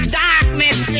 darkness